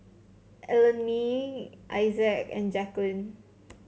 Allene Issac and Jacklyn